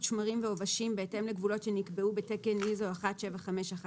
שמרים ועובשים בהתאם לגבולות שנקבעו בתקן ISO 17516,